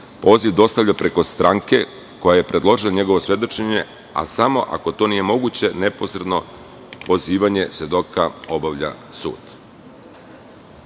poziv dostavlja preko stranke koja je predložila njegovo svedočenje, ali samo ako to nije moguće, neposredno pozivanje svedoka obavlja